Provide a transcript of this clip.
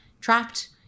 trapped